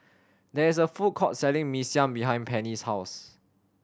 there is a food court selling Mee Siam behind Penny's house